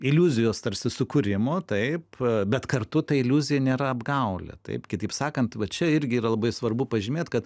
iliuzijos tarsi sukūrimo taip bet kartu ta iliuzija nėra apgaulė taip kitaip sakant va čia irgi yra labai svarbu pažymėt kad